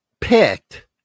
picked